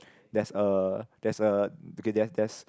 there's a there's a ok there's there's